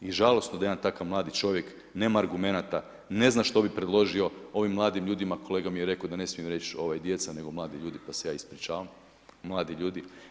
I žalosno da jedan takav mladi čovjek nema argumenata, ne zna što bi predložio, ovim mladim ljudima, kolega mi je rekao da ne smijem reći djeca nego mladi ljudi pa se ja ispričavam, mladi ljudi.